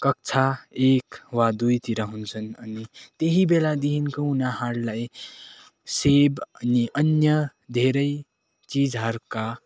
कक्षा एक वा दुईतिर हुन्छन् अनि त्यही बेलादेखिको उनीहरूलाई सिप अनि अन्य धेरै चिजहरूका